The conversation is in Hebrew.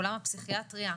עולם הפסיכיאטריה,